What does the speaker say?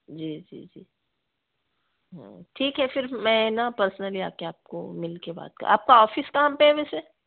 जी जी जी हाँ ठीक है फ़िर मैं ना पर्सनली आकर आपको मिलकर आपका ऑफिस कहाँ पर है वैसे